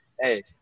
Hey